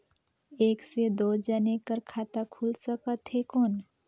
एक से दो जने कर खाता खुल सकथे कौन?